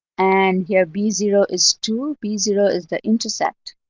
and here, b zero is two. b zero is the intercept.